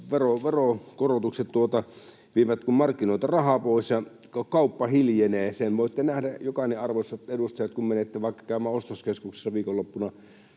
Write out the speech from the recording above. veronkorotukset vievät markkinoilta rahaa pois ja kauppa hiljenee — sen voitte nähdä jokainen, arvoisat edustajat, kun menette vaikka käymään ostoskeskuksessa viikonloppuna